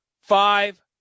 Five